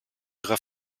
ihrer